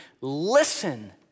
Listen